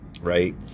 right